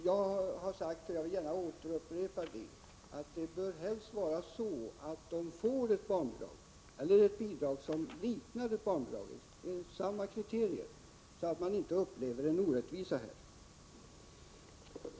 Jag har sagt — jag vill gärna upprepa det — att det helst bör vara så att de får ett barnbidrag eller ett bidrag som liknar ett barnbidrag, ett bidrag som utdelas enligt samma kriterier som barnbidrag, så att de inte här upplever en orättvisa.